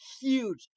Huge